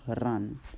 run